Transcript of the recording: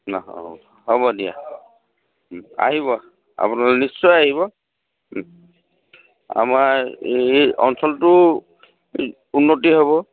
হ'ব দিয়া আহিব আপোনালোক নিশ্চয় আহিব আমাৰ এই অঞ্চলটো উন্নতি হ'ব